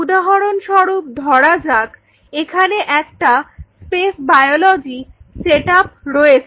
উদাহরণস্বরূপ ধরা যাক এখানে একটা স্পেস বায়োলজি সেটআপ রয়েছে